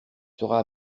seras